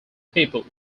people